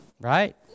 Right